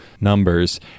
numbers